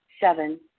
Seven